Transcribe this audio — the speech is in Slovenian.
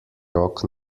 rok